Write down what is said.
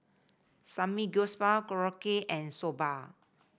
Samgyeopsal Korokke and Soba